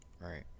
Right